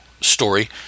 story